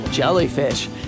Jellyfish